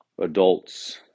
adults